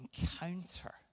encounter